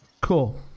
Cool